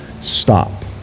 stop